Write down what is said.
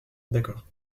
d’accord